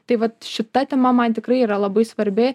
tai vat šita tema man tikrai yra labai svarbi